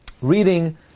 reading